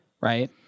Right